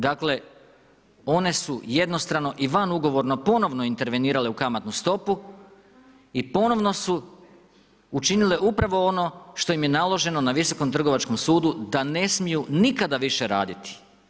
Dakle, one su jednostrano i van ugovorno ponovno intervenirale u kamatnu stopu i ponovno su učinile upravo ono što im je naloženo na Visokom trgovačkom sudu da ne smiju nikada više raditi.